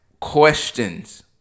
questions